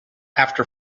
after